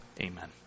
Amen